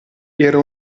era